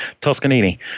Toscanini